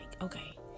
okay